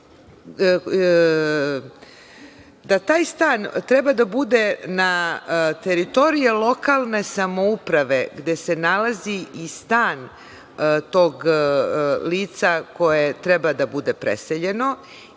da taj stan treba da bude na teritoriji lokalne samouprave gde se nalazi i stan tog lica koje treba da bude preseljeno,